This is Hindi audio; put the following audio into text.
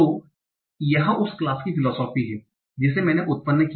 तो यह उस क्लास की फिलोसोफी है जिसे मैंने उत्पन्न किया